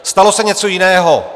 Stalo se něco jiného.